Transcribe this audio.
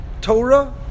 Torah